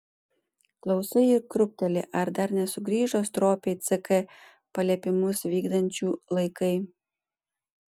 klausai ir krūpteli ar dar nesugrįžo stropiai ck paliepimus vykdančių laikai